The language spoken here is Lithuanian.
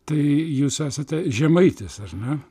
tai jūs esate žemaitis ar ne